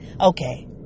Okay